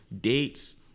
dates